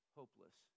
hopeless